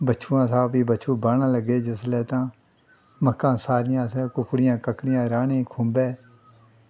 बच्छुऐं शा जिसलै बच्छू ब्हाना लग्गे जिसलै तां मक्कां सारियां असें कुक्कड़ियां कक्ड़ियां रहानियां खुम्बै